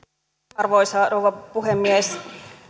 arvoisa rouva puhemies